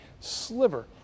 sliver